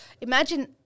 imagine